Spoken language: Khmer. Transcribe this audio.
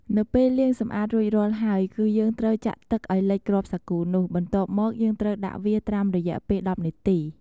នៅពេលលាងសម្អាតរួចរាល់ហើយ គឺយើងត្រូវចាក់ទឹកឱ្យលិចគ្រាប់សាគូនោះ បន្ទាប់មកយើងត្រូវដាក់វាត្រាំរយៈពេល១០នាទី។